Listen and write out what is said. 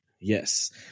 Yes